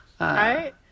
Right